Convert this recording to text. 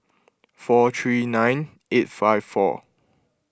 four three nine eight five four